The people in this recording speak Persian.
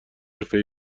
حرفه